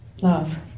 Love